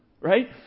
right